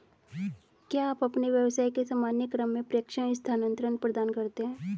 क्या आप अपने व्यवसाय के सामान्य क्रम में प्रेषण स्थानान्तरण प्रदान करते हैं?